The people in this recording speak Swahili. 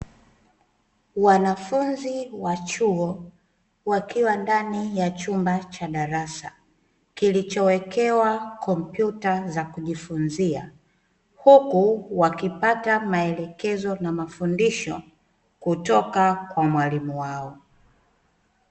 Wanafunzi wa chuo wakiwa ndani ya chumba cha darasa kilichowekewa kompyuta za kujifunzia, huku wakipata maelekezo na mafundisho kutoka kwa mwalimu wao.